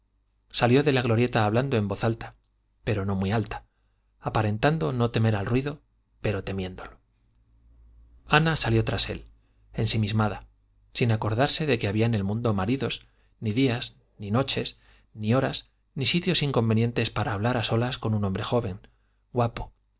salió de la glorieta hablando en voz alta pero no muy alta aparentando no temer al ruido pero temiéndolo ana salió tras él ensimismada sin acordarse de que había en el mundo maridos ni días ni noches ni horas ni sitios inconvenientes para hablar a solas con un hombre joven guapo